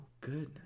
goodness